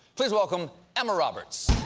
please welcome emma roberts.